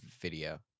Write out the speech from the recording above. video